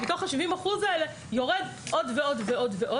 מתוך ה-70% האלה יורד עוד ועוד ועוד,